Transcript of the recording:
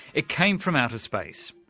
it came from outer space.